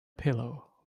pillow